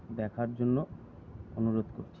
দেখার জন্য অনুরোধ করছি